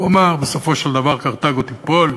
הוא אמר: בסופו של דבר קרתגו תיפול.